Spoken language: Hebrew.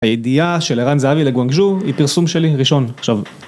הידיעה של ערן זהבי לגואנג ז'ו היא פרסום שלי ראשון, עכשיו